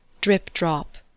drip-drop